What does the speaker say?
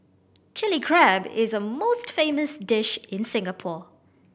Chilli Crab is a most famous dish in Singapore